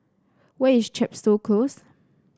where is Chepstow Close